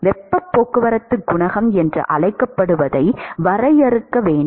வெப்ப போக்குவரத்து குணகம் என்று அழைக்கப்படுவதை வரையறுக்க வேண்டும்